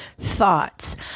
thoughts